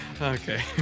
Okay